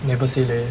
never say leh